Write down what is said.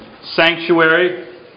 sanctuary